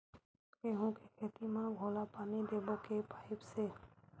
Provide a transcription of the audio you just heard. गेहूं के खेती म घोला पानी देबो के पाइप से?